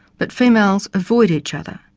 but females avoid each other.